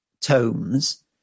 tomes